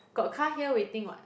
got car here waiting what